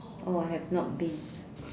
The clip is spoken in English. oh I have not been